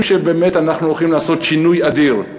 שבאמת אנחנו הולכים לעשות שינוי אדיר: